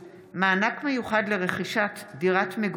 (תיקון, סקירת השפעות על